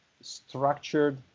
structured